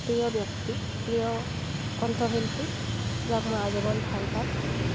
প্ৰিয় ব্য়ক্তি প্ৰিয় কণ্ঠশিল্পী যাক মই আজীৱন ভাল পাওঁ